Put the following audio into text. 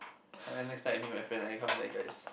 next time I meet my friend I come back guys